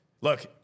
Look